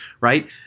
right